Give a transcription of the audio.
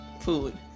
food